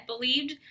believed